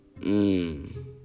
Mmm